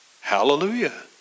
Hallelujah